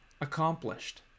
accomplished